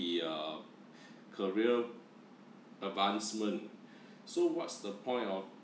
the err career advancement so what's the point of